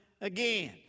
again